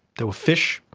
there were fish,